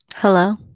Hello